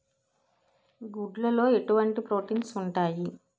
గుడ్లు లో ఎటువంటి ప్రోటీన్స్ ఉంటాయి?